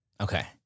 Okay